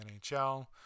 NHL